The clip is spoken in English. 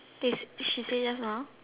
this did she say just now